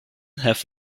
have